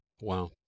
Wow